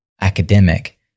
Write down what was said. academic